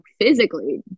physically